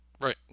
Right